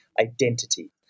identity